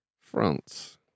France